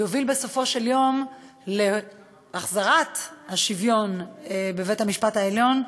יוביל בסופו של יום להחזרת השוויון בבית-המשפט העליון,